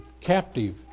captive